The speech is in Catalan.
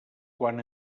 quan